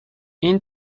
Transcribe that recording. این